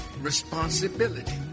responsibility